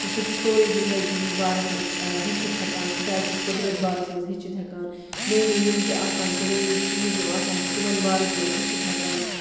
تہٕ سُہ چھُ سورُے زِندگی ہنٛد بارَس منٛز ہیٚچھِتھ ہیٚکان خۄداے سٕنٛز قُدرَت بارَس منٛز ہیٚچھِتھ ہیٚکان نٔے نٔے یِم تہِ آسان چھِ نٔے نٔے چیٖز یِم آسان چھِ تِمن بارَس منٛز ہیٚچھِتھ ہیٚکان